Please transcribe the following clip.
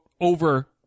over